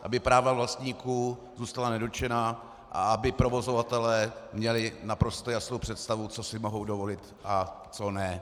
Aby práva vlastníků zůstala nedotčená a aby provozovatelé měli naprostou jasnou představu, co si mohou dovolit a co ne.